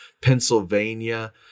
Pennsylvania